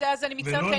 אני מצטערת.